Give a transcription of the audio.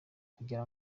kugira